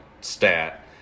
stat